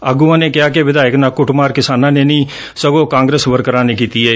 ਆਗੂਆਂ ਨੇ ਕਿਹਾ ਕਿ ਵਿਧਾਇਕ ਨਾਲ ਕੁੱਟਮਾਰ ਕਿਸਾਨਾਂ ਨੇ ਨਹੀ ਸਗੋ ਕਾਂਗਰਸ ਵਰਕਰਾਂ ਨੇ ਕੀਤੀ ਏ